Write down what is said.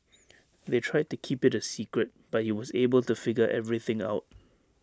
they tried to keep IT A secret but he was able to figure everything out